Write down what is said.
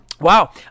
Wow